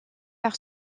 par